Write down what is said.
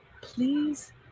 please